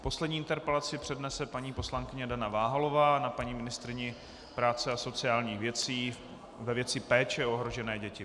Poslední interpelaci přednese paní poslankyně Dana Váhalová na paní ministryni práce a sociálních věcí ve věci péče o ohrožené děti.